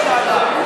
איך עלית על זה?